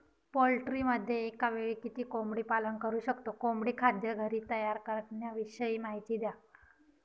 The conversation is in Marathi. पोल्ट्रीमध्ये एकावेळी किती कोंबडी पालन करु शकतो? कोंबडी खाद्य घरी तयार करण्याविषयी माहिती द्या